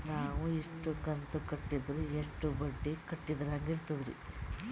ನಾವು ಇಷ್ಟು ಕಂತು ಕಟ್ಟೀದ್ರ ಎಷ್ಟು ಬಡ್ಡೀ ಕಟ್ಟಿದಂಗಾಗ್ತದ್ರೀ?